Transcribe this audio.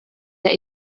that